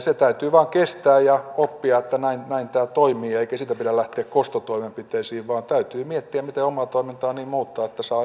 se täytyy vain kestää ja oppia että näin tämä toimii eikä siitä pidä lähteä kostotoimenpiteisiin vaan täytyy miettiä miten omaa toimintaa muuttaa niin että saa enemmän ymmärrystä